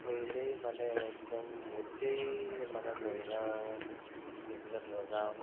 পৰিলেই মানে একদম গোটেই মানে মৰিগাঁও বিভিন্ন ধৰ গাঁৱত